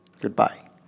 Goodbye